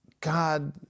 God